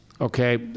okay